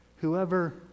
Whoever